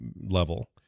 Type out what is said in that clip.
level